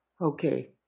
Okay